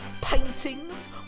paintings